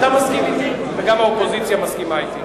אתה מסכים אתי וגם האופוזיציה מסכימה אתי.